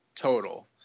total